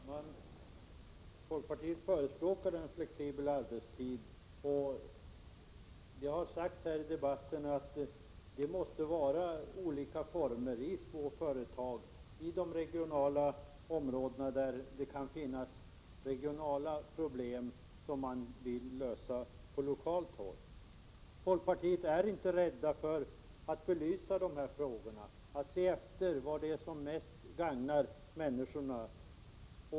Herr talman! Folkpartiet förespråkar en flexibel arbetstid. I debatten har sagts att sådan arbetstid måste finnas i olika former. Det gäller t.ex. i områden där man vill lösa regionala problem på lokal nivå. Folkpartiet tvekar inte att belysa dessa frågor och se efter vad som bäst gagnar människor.